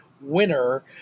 winner